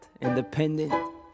independent